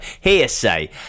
Hearsay